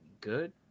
good